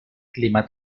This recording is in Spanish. clima